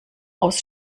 aus